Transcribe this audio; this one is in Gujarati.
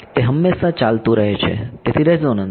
તે હમેશા ચાલતું રહે છે તેથી રેઝોનન્સ